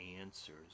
answers